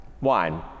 wine